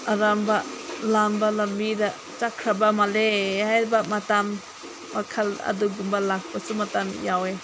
ꯑꯔꯥꯟꯕ ꯂꯥꯟꯕ ꯂꯝꯕꯤꯗ ꯆꯠꯈ꯭ꯔꯕ ꯃꯥꯜꯂꯦ ꯍꯥꯏꯕ ꯃꯇꯝ ꯋꯥꯈꯜ ꯑꯗꯨꯒꯨꯝꯕ ꯂꯥꯛꯄꯁꯨ ꯃꯇꯥꯡ ꯌꯥꯎꯋꯦ